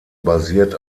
basiert